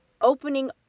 opening